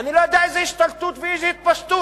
אני לא יודע איזה השתלטות ואיזה התפשטות.